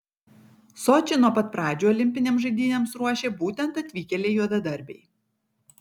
sočį nuo pat pradžių olimpinėms žaidynėms ruošė būtent atvykėliai juodadarbiai